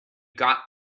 got